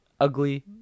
ugly